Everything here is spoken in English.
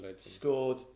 scored